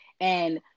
And-